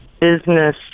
business